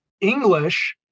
English